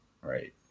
right